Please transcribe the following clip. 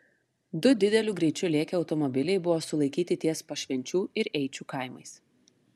du dideliu greičiu lėkę automobiliai buvo sulaikyti ties pašvenčių ir eičių kaimais